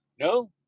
No